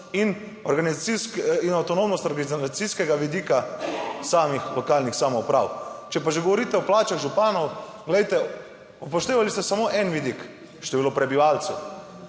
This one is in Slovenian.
in avtonomnost organizacijskega vidika samih lokalnih samouprav. Če pa že govorite o plačah županov, glejte, upoštevali ste samo en vidik, število prebivalcev,